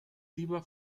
lieber